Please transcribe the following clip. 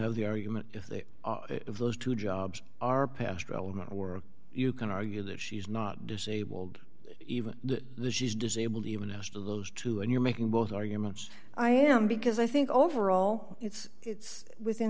have the argument if that if those two jobs are past relevant work you can argue that she's not disabled even she's disabled even asked of those two and you're making both arguments i am because i think overall it's it's within